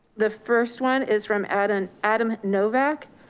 the first one is from adam adam novak.